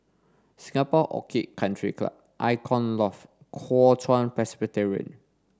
Singapore Orchid Country Club Icon Loft Kuo Chuan Presbyterian